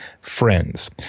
friends